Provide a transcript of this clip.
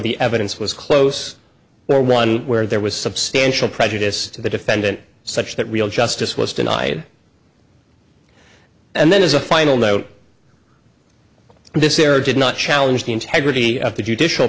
the evidence was close where one where there was substantial prejudice to the defendant such that real justice was denied and then as a final note this error did not challenge the integrity of the judicial